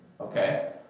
Okay